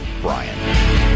Brian